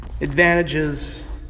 advantages